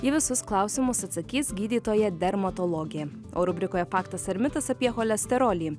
į visus klausimus atsakys gydytoja dermatologė o rubrikoje faktas ar mitas apie cholesterolį